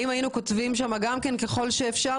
האם היינו כותבים שם ככל שאפשר?